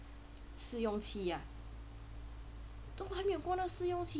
试用期啊都还没有过那个试用期